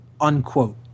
unquote